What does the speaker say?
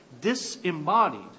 disembodied